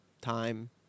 time